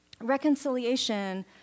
Reconciliation